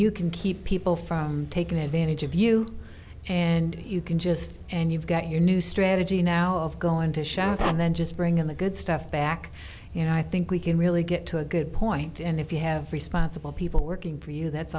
you can keep people from taking advantage of you and you can just and you've got your new strategy now of going to shop and then just bring in the good stuff back you know i think we can really get to a good point and if you have responsible people working for you that's